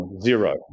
zero